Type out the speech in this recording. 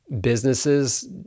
businesses